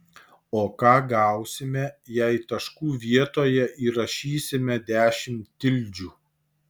o ką gausime jei taškų vietoje įrašysime dešimt tildžių